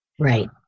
Right